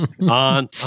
on